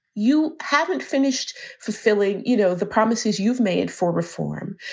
you haven't finished fulfilling, you know, the promises you've made for reform.